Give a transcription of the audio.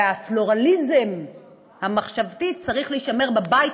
והפלורליזם המחשבתי צריכים להישמר בבית